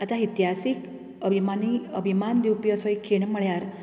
आतां इतिहासीक अभिमानी अभिमान दिवपी असो एक खीण म्हळ्यार